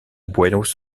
buenos